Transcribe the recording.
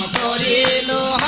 da la